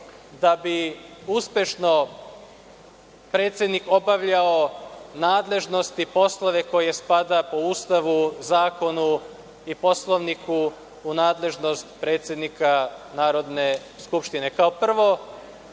da bi uspešno predsednik obavljao nadležnosti, poslove koje spadaju po Ustavu, zakonu i Poslovniku u nadležnost predsednika Narodne skupštine. Kao